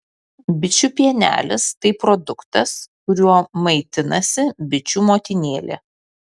bičių pienelis tai produktas kuriuo maitinasi bičių motinėlė